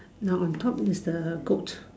now on top is the goat